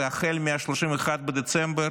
והחל מ-31 בדצמבר